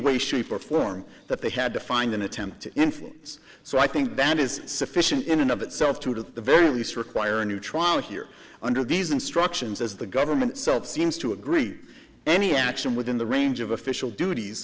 way shape or form that they had to find an attempt to influence so i think that is sufficient in and of itself to it at the very least require a new trial here under these instructions as the government itself seems to agree any action within the range of official duties